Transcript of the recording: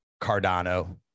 Cardano